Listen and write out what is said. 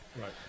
Right